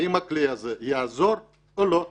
האם הכלי הזה יעזור או לא?